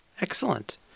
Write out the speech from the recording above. Excellent